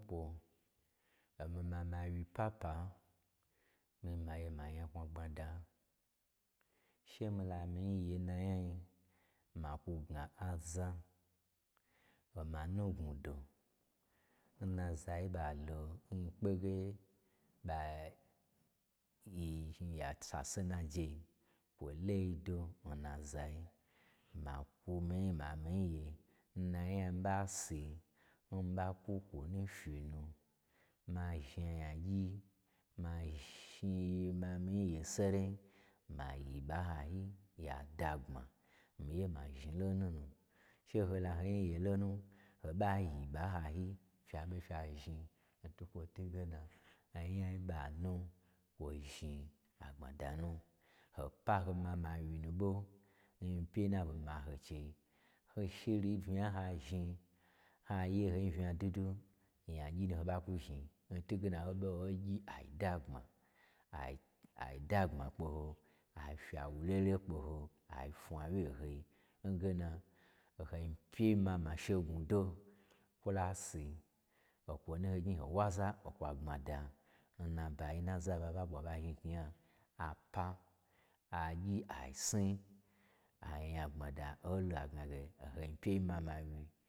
O mii mama wyi papa, miyi maye ma nya kwagbmada, she mii la mii nyi ye, n na nyai, ma kwu gna aza, o ma nugnwudo, n nazai n ɓa lon mii kpege ɓai-yi zhni ya sase n na jei, kwo to yi do n nazai, ma kwu mii nyi, ma mii nyi ye, n nanya n mii ɓa si, n mii ɓa kwo kwunwu fyi nu, ma zhjna nyagyi, ma zhni-i ma. mii nyi ye sarai, ma yi ɓa n hayi ya dagbma. Mii ye ma zhni lo nunu, she ho la ho nyi ye lonu, ho ɓa yi ɓa n hayi fya ɓe fya zhni ntwukwo twuge na, anyai n ɓa nu kwo zhni agbmada nu, ho pa ho mama wyi nu ɓo, nyipyei n na ɓo ma ho n chei, ho shiri unya n ha zhni, ha ye ho nyi unya dwudwu, nyagyi ho ɓa kwu zhni n twuge na, ho ɓe hai gyi ai dagbma, ai-ai dagbma kpe ho, ai fyi awu lede kpeho, a fnwa wye n hoi, nge na nho nyipyei mama she gnwudo kwa lasi, o kwo nu n ho gnyi ho wu aza okwa gbmada, nnab ayi n naza ɓa ɓa ɓwa ɓa zhni knyinya, apa agyi ai sni, anyagbmada, o lo ai gnage o ho nyipyei mama wyi.